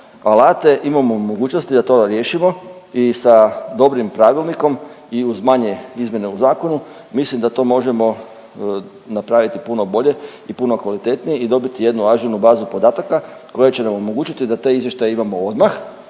alate, imamo mogućnosti da to riješimo i sa dobrim pravilnikom i uz manje izmjene u zakonu mislim da to možemo napraviti puno bolje i puno kvalitetnije i dobiti jednu ažurnu bazu podataka koja će nam omogućiti da te izvještaje imamo odmah,